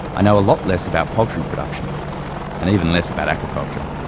i know a lot less about poultry production and even less about aquaculture.